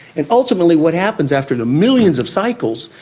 and ultimately what happens after the millions of cycles,